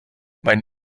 mein